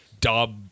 Dub